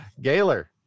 Gaylor